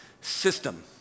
system